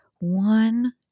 one